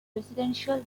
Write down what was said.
residential